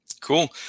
Cool